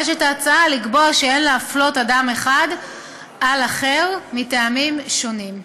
ההצעה מבקשת לקבוע שאין להפלות אדם אחד על פני אחר מטעמים שונים.